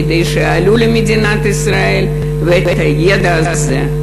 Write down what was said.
כדי שיעלו למדינת ישראל והידע הזה,